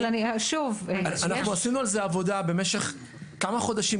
אבל שוב --- אנחנו עשינו על זה עבודה במשך כמה חודשים,